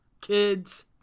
kids